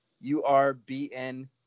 U-R-B-N